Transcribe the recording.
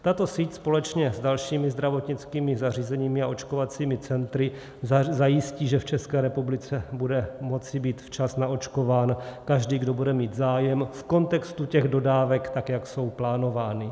Tato síť společně s dalšími zdravotnickými zařízeními a očkovacími centry zajistí, že v České republice bude moci být včas naočkován každý, kdo bude mít zájem, v kontextu těch dodávek, tak jak jsou plánovány.